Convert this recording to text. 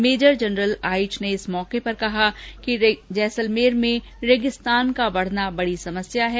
major general Aich ने इस अवसर पर कहा कि जैसलमेर में रेगिस्तान का बढना बड़ी समस्या है